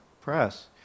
press